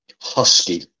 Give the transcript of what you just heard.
husky